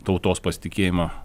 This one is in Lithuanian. tautos pasitikėjimą